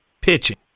Pitching